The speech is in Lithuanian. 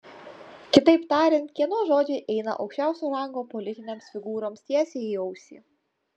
kitaip tariant kieno žodžiai eina aukščiausio rango politinėms figūroms tiesiai į ausį